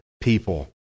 people